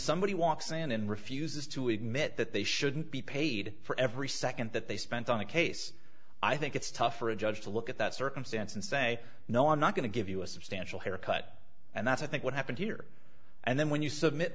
somebody walks in and refuses to admit that they shouldn't be paid for every second that they spent on a case i think it's tough for a judge to look at that circumstance and say no i'm not going to give you a substantial haircut and that's i think what happened here and then when you submit